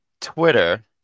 Twitter